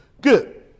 Good